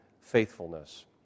faithfulness